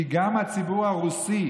כי גם הציבור הרוסי,